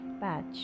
patch